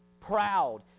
proud